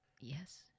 yes